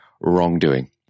wrongdoing